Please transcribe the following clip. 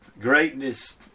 greatness